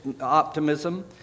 optimism